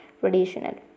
traditional